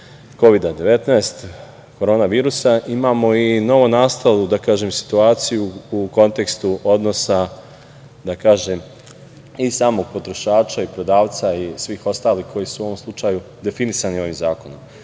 Kovida-19, korona virusa, imamo i novonastalu situaciju u kontekstu odnosa i samog potrošača i prodavca i svih ostalih koji su u ovom slučaju definisani ovim zakonom.U